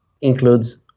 includes